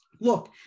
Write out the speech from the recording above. look